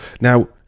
now